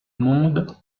monde